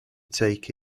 take